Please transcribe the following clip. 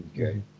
Okay